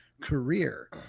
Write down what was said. career